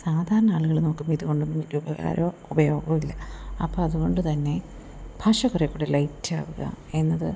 സാധാരണ ആളുകള് നോക്കുമ്പോൾ ഇതുകൊണ്ടൊന്നും വലിയ ഉപകാരമോ ഉപയോഗമോ ഇല്ല അപ്പം അതുകൊണ്ട് തന്നെ ഭാഷ കുറെ കൂടെ ലൈറ്റാവുക എന്നത്